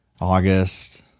August